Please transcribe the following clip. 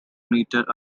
metre